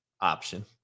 option